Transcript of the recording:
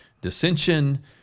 dissension